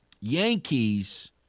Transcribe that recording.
Yankees